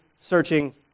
searching